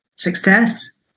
success